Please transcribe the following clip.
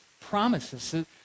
promises